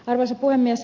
arvoisa puhemies